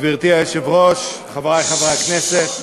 גברתי היושבת-ראש, חברי חברי הכנסת,